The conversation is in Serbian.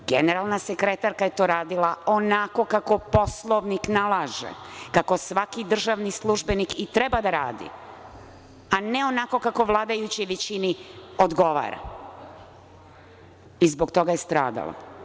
Generalna sekretarka je to radila onako kako Poslovnik nalaže, kako svaki državni službenik i treba da radi, a ne onako kako vladajućoj većini odgovara i zbog toga je stradala.